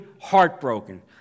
heartbroken